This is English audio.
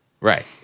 Right